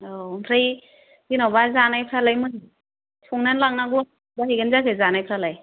औ आमफ्राय जेन'बा जानायफ्रालाय मारै संनान लांनांगौ जाहैगोन जाखो जानायफ्रालाय